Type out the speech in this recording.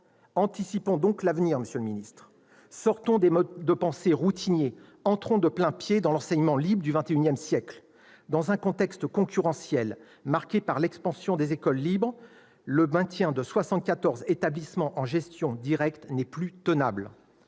Anticipons donc, monsieur le ministre. Sortons des modes de pensée routiniers et entronsde plain-pied dans l'enseignement libre du XXIsiècle ! Dans un contexte concurrentiel marqué par l'expansion des écoles libres, le maintien de 74 établissements « en gestion directe » n'est plus tenable.